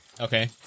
Okay